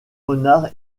renard